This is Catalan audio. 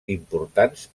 importants